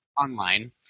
Online